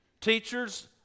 Teachers